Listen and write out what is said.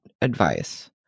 advice